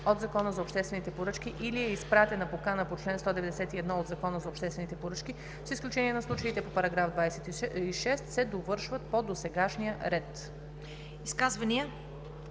от Закона за обществените поръчки или е изпратена покана по чл. 191 от Закона за обществените поръчки, с изключение на случаите по § 26, се довършват по досегашния ред.“